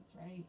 right